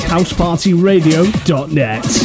HousePartyRadio.net